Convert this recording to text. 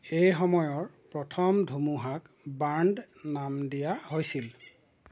এই সময়ৰ প্ৰথম ধুমুহাক বাৰ্ণ্ড নাম দিয়া হৈছিল